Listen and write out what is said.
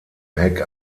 heck